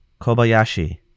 Kobayashi